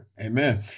Amen